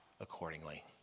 accordingly